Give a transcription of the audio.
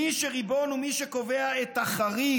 מי שריבון הוא מי שקובע את החריג,